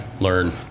learn